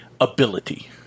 ability